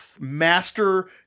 master